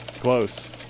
Close